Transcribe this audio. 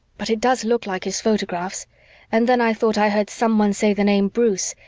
but it does look like his photographs and then i thought i heard someone say the name bruce,